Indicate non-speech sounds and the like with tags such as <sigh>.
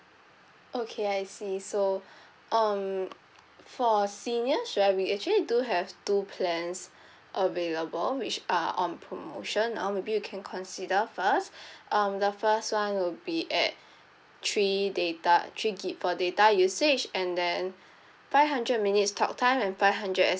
okay I see so um for our seniors right we actually do have two plans available which are on promotion or maybe you can consider first <breath> um the first [one] will be at three data three gigabyte for data usage and then